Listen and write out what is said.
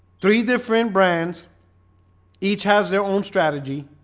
three different brands each has their own strategy,